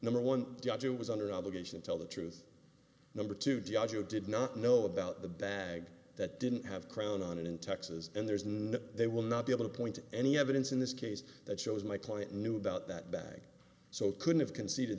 and was under no obligation to tell the truth number two g i joe did not know about the bag that didn't have crown on it in texas and there's no they will not be able to point to any evidence in this case that shows my client knew about that bag so it couldn't have conceded